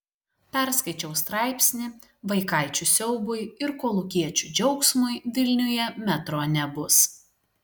perskaičiau straipsnį vaikaičių siaubui ir kolūkiečių džiaugsmui vilniuje metro nebus